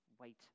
wait